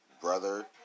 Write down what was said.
brother